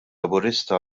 laburista